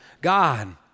God